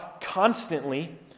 constantly